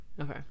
Okay